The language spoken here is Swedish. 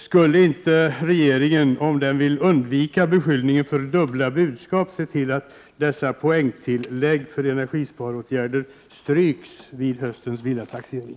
Skulle inte regeringen, om den vill undvika beskyllningen för dubbla budskap, kunna se till att dessa poängtillägg för energisparåtgärder stryks vid höstens villataxering?